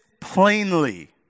plainly